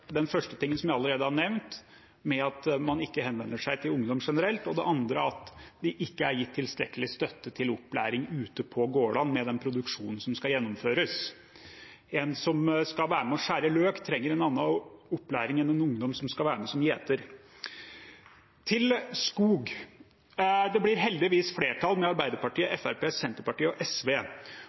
jeg allerede har nevnt, at man ikke henvender seg til ungdom generelt, og for det andre at det ikke er gitt tilstrekkelig støtte til opplæring ute på gårdene med den produksjonen som skal gjennomføres. En som skal være med og skjære løk, trenger en annen opplæring enn en ungdom som skal være med som gjeter. Til skog: Det blir heldigvis flertall med Arbeiderpartiet, Fremskrittspartiet, Senterpartiet og SV